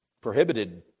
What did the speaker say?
Prohibited